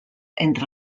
entre